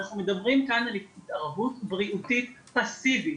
אנחנו מדברים כאן על התערבות בריאותית פאסיבית.